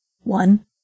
One